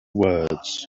words